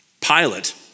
Pilate